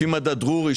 לפי מדד Drewry,